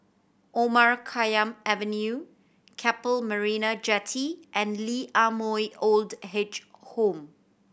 Omar Khayyam Avenue Keppel Marina Jetty and Lee Ah Mooi Old Age Home